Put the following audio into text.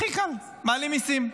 הכי קל, מעלים מיסים.